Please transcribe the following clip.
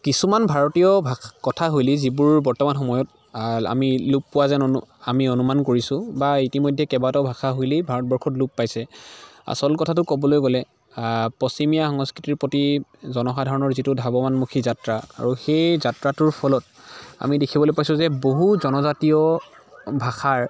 কিছুমান ভাৰতীয় ভা কথাশৈলী যিবোৰ বৰ্তমান সময়ত আমি লোপ পোৱা যেন আমি অনুমান কৰিছোঁ বা ইতিমধ্যে কেইবাটাও ভাষাশৈলী ভাৰতবৰ্ষত লোপ পাইছে আচল কথাটো ক'বলৈ গ'লে পশ্চিমীয়া সংস্কৃতিৰ প্ৰতি জনসাধাৰণৰ যিটো ধাৱমানমুখি যাত্ৰা আৰু সেই যাত্ৰাটোৰ ফলত আমি দেখিবলৈ পাইছোঁ যে বহু জনজাতীয় ভাষাৰ